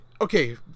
okay